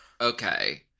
Okay